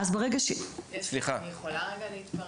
אני יכולה רגע להתפרץ?